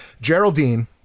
Geraldine